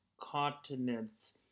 continents